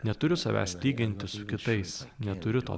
neturiu savęs lyginti su kitais neturiu to